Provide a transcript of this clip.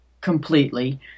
completely